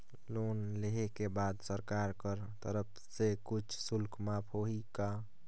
Loan लेहे के बाद सरकार कर तरफ से कुछ शुल्क माफ होही का?